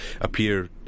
appear